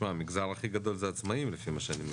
המגזר הכי גדול זה העצמאים לפי מה שאני רואה.